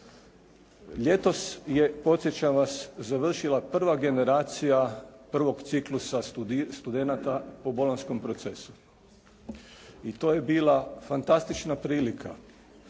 Ljetos je, podsjećam vas završila prva generacija prvog ciklusa studenata po bolonjskom procesu i to je bila fantastična prilika